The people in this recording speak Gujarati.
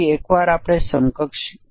તે ખાસ મૂલ્યો બનાવે છે